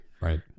Right